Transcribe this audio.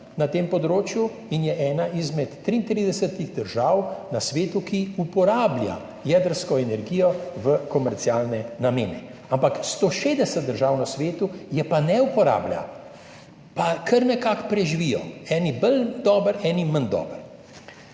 na tem področju in je ena izmed 33 držav na svetu, ki uporablja jedrsko energijo v komercialne namene, ampak 160 držav na svetu je pa ne uporablja, pa kar nekako preživijo, eni boljše, eni slabše.